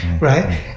right